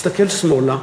הסתכל שמאלה,